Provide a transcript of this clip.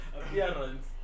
Appearance